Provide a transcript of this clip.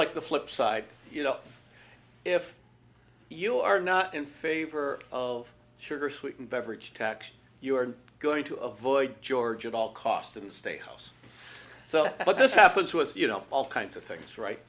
like the flip side you know if you are not in favor of sugar sweetened beverage tax you're going to avoid george at all costs to the state house so what this happens to us you know all kinds of things right